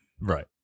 Right